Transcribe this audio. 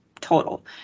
total